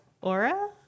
Aura